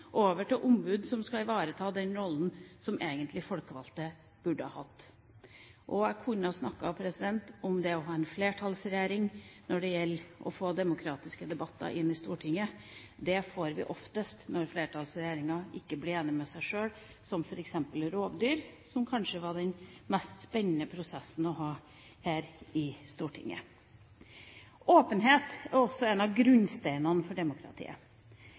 over til ombud som skal ivareta den rollen som de folkevalgte egentlig burde hatt. Jeg kunne snakket om det å ha en flertallsregjering når det gjelder å få demokratiske debatter inn i Stortinget. Det får vi oftest når flertallsregjeringa ikke blir enig med seg sjøl, som f.eks. når det gjaldt rovdyr, som kanskje var den mest spennende prosessen vi hadde her i Stortinget. Åpenhet er også en av grunnsteinene for demokratiet.